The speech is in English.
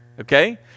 Okay